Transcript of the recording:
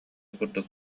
курдук